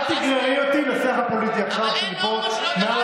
אל תגררי אותי לשיח הפוליטי מעל הדוכן.